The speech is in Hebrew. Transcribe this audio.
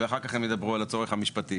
ואחר כך הם ידברו על הצורך המשפטי.